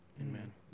Amen